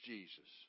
Jesus